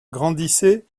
grandissait